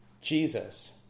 Jesus